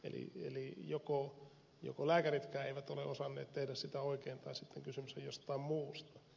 eli joko lääkäritkään eivät ole osanneet tehdä sitä oikein tai sitten kysymys on jostain muusta